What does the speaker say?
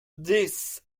this